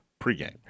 pregame